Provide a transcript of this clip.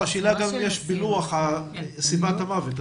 השאלה גם אם יש פילוח לסיבת המוות.